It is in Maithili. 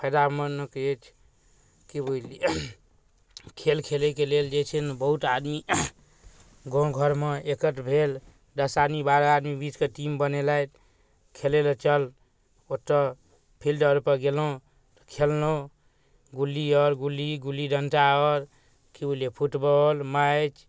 फाइदेमन्द अछि कि बुझलिए खेल खेलैके लेल जे छै ने बहुत आदमी गामघरमे एकत्र भेल दस आदमी बारह आदमी बिछिकऽ टीम बनेलथि खेलैलए चल ओतऽ फील्ड आओरपर गेलहुँ खेललहुँ गुल्ली आओर गुल्ली गुल्ली डण्टा आओर कि बुझलिए फुटबॉल मैच